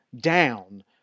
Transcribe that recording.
down